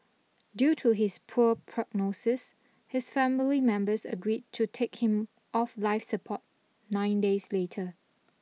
due to his poor prognosis his family members agreed to take him off life support nine days later